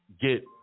get